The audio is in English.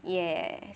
yes